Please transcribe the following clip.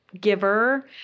giver